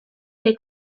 ere